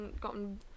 gotten